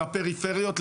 לפריפריות,